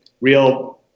real